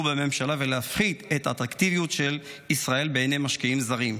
בממשלה ולהפחית את האטרקטיביות של ישראל בעיני משקיעים זרים.